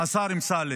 השר אמסלם,